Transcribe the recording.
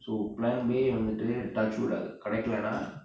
so plan a வந்துட்டு:vanthuttu touch wood :அது கிடைக்கலேனாathu kidaikalenaa